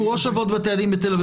הוא ראש אבות בתי הדין בתל אביב,